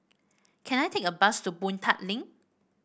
can I take a bus to Boon Tat Link